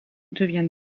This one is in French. devient